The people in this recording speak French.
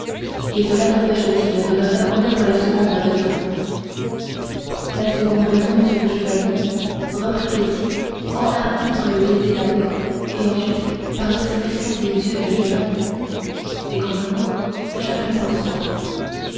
et cela tempêche t il de me faire connaître la seconde raison la seconde raison monsieur le chevalier reprit ketty enhardie par le baiser d'abord et ensuite par l'expression des yeux du jeune homme c'est qu'en amour chacun pour soi